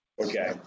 Okay